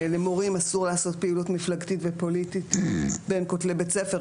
למורים אסור לעשות פעילות מפלגתית ופוליטית בין כתלי בית ספר.